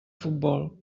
futbol